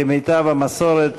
כמיטב המסורת,